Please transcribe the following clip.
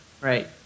right